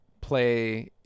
play